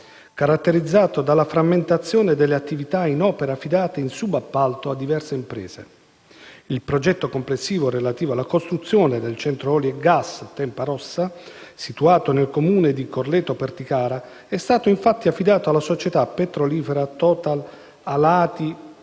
caratterizzato dalla frammentazione delle attività in opera affidate in subappalto a diverse imprese. Il progetto complessivo relativo alla costruzione del Centro oli e gas "Tempa Rossa", situato nel Comune di Corleto di Perticara, è stato, infatti, affidato dalla società petrolifera Total alla